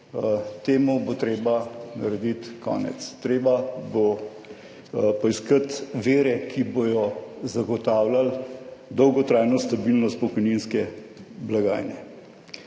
Temu bo treba narediti konec. Treba bo poiskati vire, ki bodo zagotavljali dolgotrajno stabilnost pokojninske blagajne.